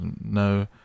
no